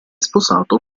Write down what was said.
sposato